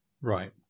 Right